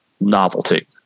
novelty